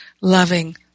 loving